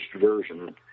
version